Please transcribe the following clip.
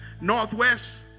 Northwest